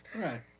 Right